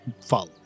follow